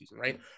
right